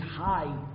high